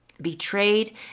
betrayed